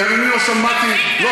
כי אני לא שמעתי, תפסיק להסית.